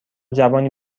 جوانی